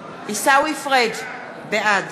פריג' בעד